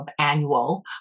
annual